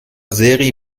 seri